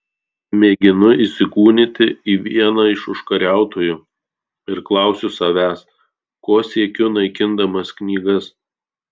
mėginu įsikūnyti į vieną iš užkariautojų ir klausiu savęs ko siekiu naikindamas knygas